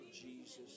Jesus